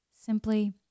Simply